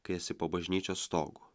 kai esi po bažnyčios stogu